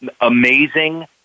amazing